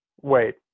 Wait